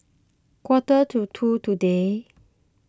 quarter to two today